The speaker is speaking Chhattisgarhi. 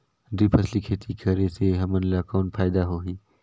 दुई फसली खेती करे से हमन ला कौन फायदा होही?